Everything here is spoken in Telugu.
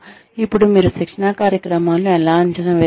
ఇప్పుడు మీరు శిక్షణా కార్యక్రమాలను ఎలా అంచనా వేస్తారు